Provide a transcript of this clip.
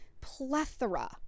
plethora